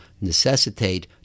necessitate